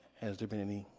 has there been any